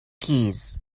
keys